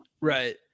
Right